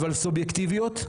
אבל סובייקטיביות,